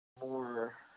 more